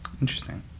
Interesting